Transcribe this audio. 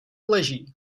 leží